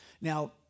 Now